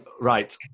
Right